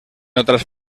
otras